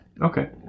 Okay